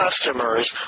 customers